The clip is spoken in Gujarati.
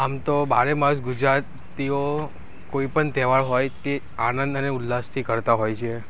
આમ તો બારે માસ ગુજરાતીઓ કોઈપણ તહેવાર હોય તે આનંદ અને ઉલ્લાસથી કરતા હોય છે